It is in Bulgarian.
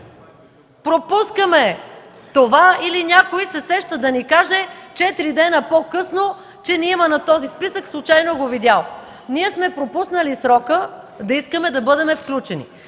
Пропускаме това или някой се сеща да ни каже четири дни по-късно, че ни има на този списък – случайно го видял. Пропуснали сме срока да искаме да бъдем включени.